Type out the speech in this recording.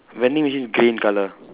vending machine is grey in colour